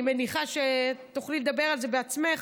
אני מניחה שתוכלי לדבר על זה בעצמך.